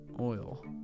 oil